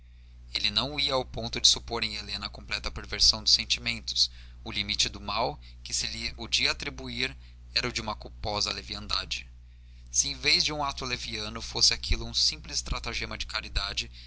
ele não ia ao ponto de supor em helena a completa perversão dos sentimentos o limite do mal que se lhe podia atribuir era o de uma culposa leviandade se em vez de um ato leviano fosse aquilo um simples estratagema de caridade